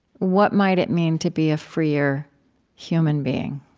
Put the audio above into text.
what might it mean to be a freer human being?